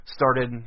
started